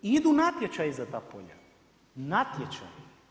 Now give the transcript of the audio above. Idu natječaji za ta polja, natječaji.